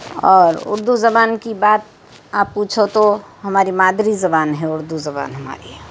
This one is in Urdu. اور اردو زبان کی بات آپ پوچھو تو ہماری مادری زبان ہے اردو زبان ہماری